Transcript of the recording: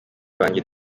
banjye